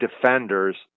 defenders